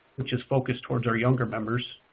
which is focused towards our younger members.